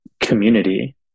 community